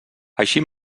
així